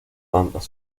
tantas